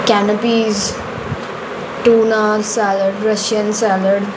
canapes tuna salad Russian salad